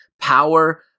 power